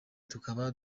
tukaba